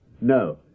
No